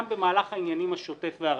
גם במהלך העניינים השוטף והרגיל,